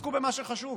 תתעסקו במה שחשוב